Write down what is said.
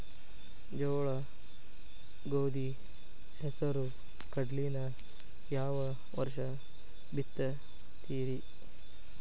ಜೋಳ, ಗೋಧಿ, ಹೆಸರು, ಕಡ್ಲಿನ ಯಾವ ವರ್ಷ ಬಿತ್ತತಿರಿ?